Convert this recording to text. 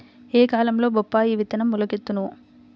ఏ కాలంలో బొప్పాయి విత్తనం మొలకెత్తును?